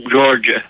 Georgia